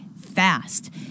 fast